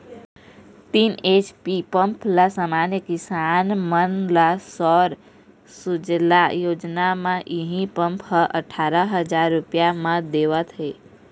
तीन HP pump ल समान्य किसान मन ल सौर सूजला योजना म इहीं पंप ह अठारा हजार रूपिया म देवत हे